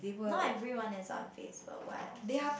now everyone is on Facebook what